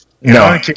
No